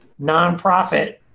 nonprofit